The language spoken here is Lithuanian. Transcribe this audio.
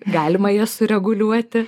galima jas sureguliuoti